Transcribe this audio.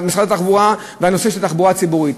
בנושא של התחבורה הציבורית.